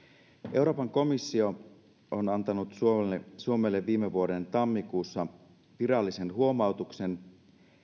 euroopan komissio on antanut suomelle suomelle viime vuoden tammikuussa virallisen huomautuksen